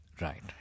Right